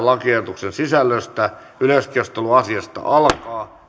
lakiehdotuksen sisällöstä yleiskeskustelu asiasta alkaa